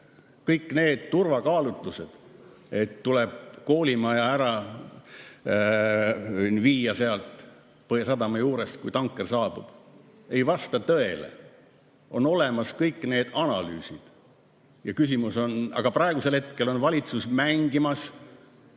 kõik need turvakaalutlused, et tuleb koolimaja ära viia sealt Põhjasadama juurest, kui tanker saabub, ei vasta tõele. On olemas kõik need analüüsid. Aga praegusel hetkel on valitsus mängimas